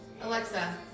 Alexa